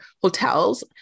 hotels